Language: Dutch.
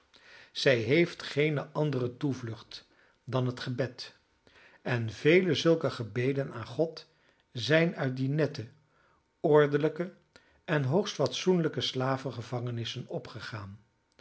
zij heeft geene andere toevlucht dan het gebed en vele zulke gebeden aan god zijn uit die nette ordelijke en hoogst fatsoenlijke